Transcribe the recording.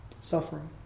Suffering